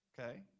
okay